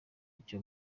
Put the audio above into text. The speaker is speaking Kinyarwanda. icyo